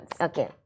Okay